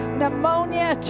pneumonia